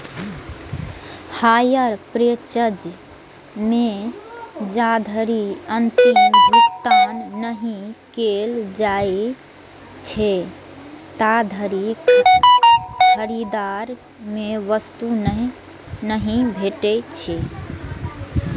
hire purchase मे जाधरि अंतिम भुगतान नहि कैल जाइ छै, ताधरि खरीदार कें वस्तु नहि भेटै छै